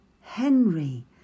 henry